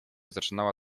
zaczynała